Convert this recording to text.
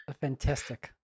fantastic